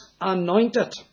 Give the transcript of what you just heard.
anointed